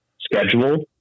schedule